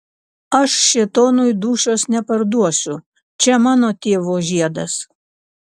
aš šėtonui dūšios neparduosiu čia mano tėvo žiedas